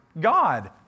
God